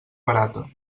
barata